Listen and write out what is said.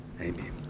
Amen